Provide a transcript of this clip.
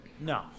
No